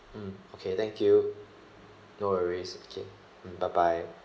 okay thank you no worries okay mm bye bye